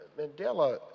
Mandela